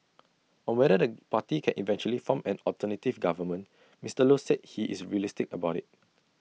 on whether the party can eventually form an alternative government Mister low said he is realistic about IT